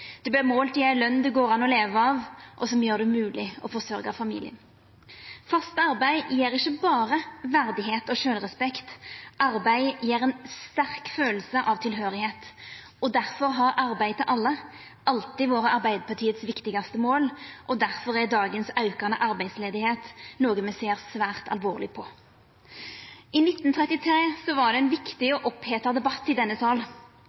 ei løn det går an å leva av, og som gjer det mogleg å forsørgja familien. Fast arbeid gjev ikkje berre verdigheit og sjølvrespekt. Arbeid gjev ei sterk kjensle av tilhøyring, og difor har «Arbeid til alle» alltid vore Arbeidarpartiets viktigaste mål, og difor er dagens aukande arbeidsløyse noko me ser svært alvorleg på. I 1933 var det ein viktig og oppheta debatt i denne